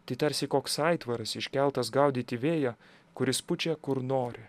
tai tarsi koks aitvaras iškeltas gaudyti vėjo kuris pučia kur nori